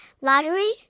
Lottery